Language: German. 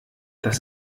das